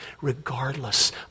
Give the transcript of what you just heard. regardless